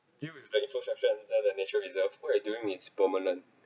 deal with the infrastructure that is in the nature reserve what you're doing is permanent